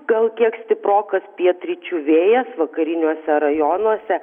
gal kiek stiprokas pietryčių vėjas vakariniuose rajonuose